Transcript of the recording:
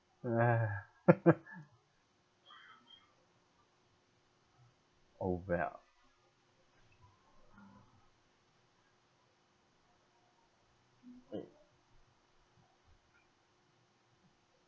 orh well